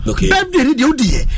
Okay